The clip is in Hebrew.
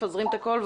מפזרים את הכול,